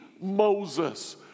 Moses